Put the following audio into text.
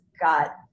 got